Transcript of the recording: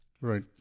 Right